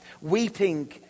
weeping